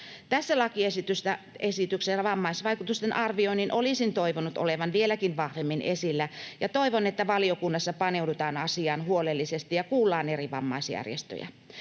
Tässä lakiesityksessä vammaisvaikutusten arvioinnin olisin toivonut olevan vieläkin vahvemmin esillä, ja toivon, että valiokunnassa paneudutaan asiaan huolellisesti ja kuullaan eri vammaisjärjestöjä.